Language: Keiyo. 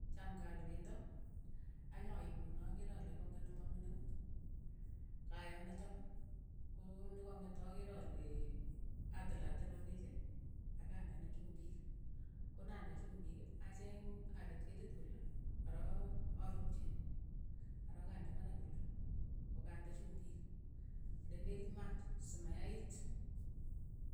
Cham nga aal pendo, anya ipu nakeer ale kang'et ne ma mining, kayoo netok ko nekang'et akeer alee atilatil alechi. ak andene chumbiik, ko nande chumbiik, acheeng aliit ketit kole, ko rook aruutchi. ye rook ande paarak kole, ko kande chumbiik, le lekit maat, si ma yaiit.